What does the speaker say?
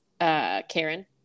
Karen